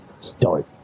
start